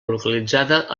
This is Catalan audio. localitzada